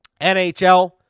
NHL